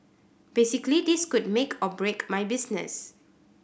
basically this could make or break my business